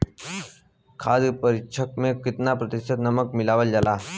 खाद्य परिक्षण में केतना प्रतिशत नमक मिलावल जाला?